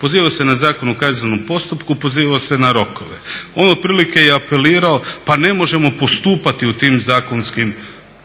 Pozivao se na Zakon o kaznenom postupku, pozivao se na rokove. On otprilike je apelirao pa ne možemo postupati u tim zakonskim rokovima,